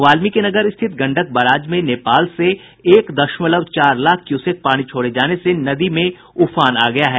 वाल्मिकी नगर स्थित गंडक बराज में नेपाल से एक दशमलव चार लाख क्यूसेक पानी छोड़े जाने से नदी में उफान आ गया है